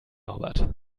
norbert